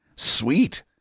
Sweet